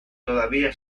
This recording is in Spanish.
todavía